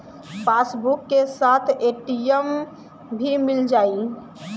Passbook के साथ ATM भी मील जाई?